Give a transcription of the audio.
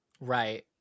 right